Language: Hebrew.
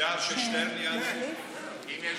אפשר ששטרן יעלה קודם?